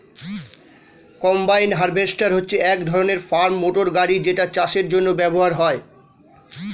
combine harvester হচ্ছে এক ধরণের ফার্ম মোটর গাড়ি যেটা চাষের জন্য ব্যবহার হয়